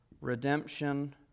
redemption